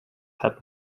had